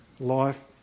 Life